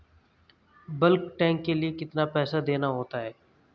Bulk tank के लिए कितना पैसा देना होता है?